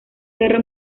guerra